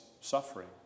suffering